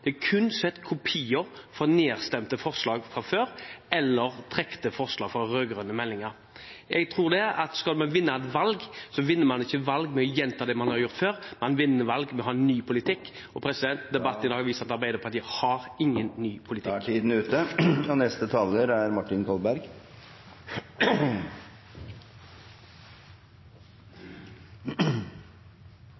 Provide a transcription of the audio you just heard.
Det er kun satt fram kopier av nedstemte forslag eller trukne forslag fra rød-grønne meldinger. Jeg tror at skal man vinne et valg, gjør man ikke det ved å gjenta det man har gjort før. Man vinner valg med å ha ny politikk, og debatten i dag viser at Arbeiderpartiet har ingen ny politikk. Jeg har fulgt denne debatten fra kontoret, og jeg må si at det er